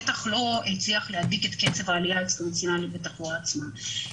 בטח לא הצליח להדביק את קצב העלייה האקספוננציאלי בתחלואה עצמה.